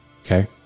okay